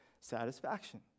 satisfaction